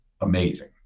amazing